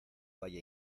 valle